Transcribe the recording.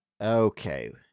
Okay